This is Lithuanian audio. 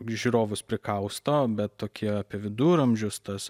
žiūrovus prikausto bet tokie apie viduramžius tas